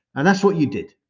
and that's what you did.